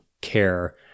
care